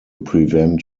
prevent